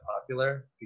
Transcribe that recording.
popular